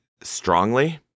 strongly